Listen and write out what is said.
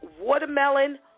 watermelon